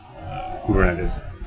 Kubernetes